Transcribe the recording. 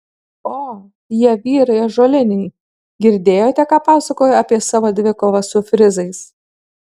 o jie vyrai ąžuoliniai girdėjote ką pasakojo apie savo dvikovą su frizais